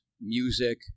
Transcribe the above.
Music